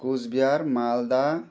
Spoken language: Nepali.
कुचबिहार मालदा